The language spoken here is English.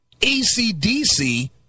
ACDC